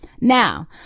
Now